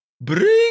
Bring